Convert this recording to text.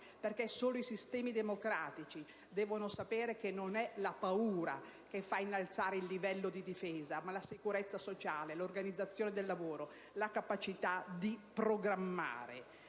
perfino, gli irregolari, perché sanno che non è la paura che fa innalzare il livello di difesa, bensì la sicurezza sociale, l'organizzazione del lavoro, la capacità di programmare.